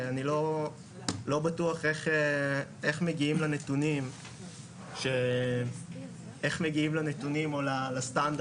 אני לא בטוח איך מגיעים לנתונים או לסטנדרט